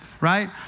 right